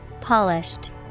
Polished